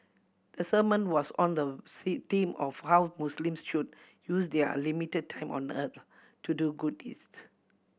the sermon was on the C theme of how Muslims should use their limited time on earth to do good deeds